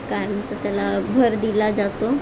काय म्हणतात त्याला भर दिला जातो